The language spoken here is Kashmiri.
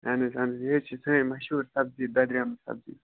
اَہَن حظ اَہَن حظ یہِ حظ چھِ سٲنۍ مَشہوٗر سبزی دۄدرٲیمٕژ سبزی